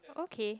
okay